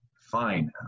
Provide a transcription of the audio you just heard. fine